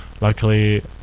luckily